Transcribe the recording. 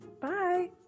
Bye